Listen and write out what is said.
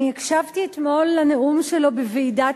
אני הקשבתי אתמול לנאום שלו בוועידת